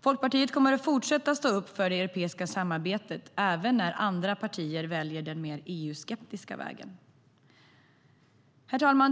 Folkpartiet kommer att fortsätta att stå upp för det europeiska samarbetet - även när andra partier väljer den mer EU-skeptiska vägen. Herr talman!